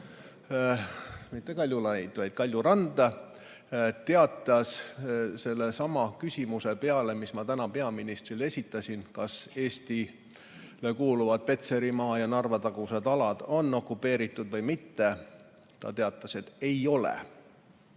Kaljurand – sellesama küsimuse peale, mis ma täna peaministrile esitasin, kas Eestile kuuluvad Petserimaa ja Narva-tagused alad on okupeeritud või mitte, teatas, et ei ole.